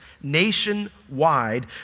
nationwide